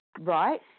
Right